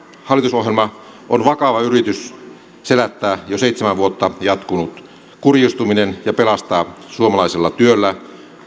hallitusohjelma on vakava yritys selättää jo seitsemän vuotta jatkunut kurjistuminen ja pelastaa suomalaisella työllä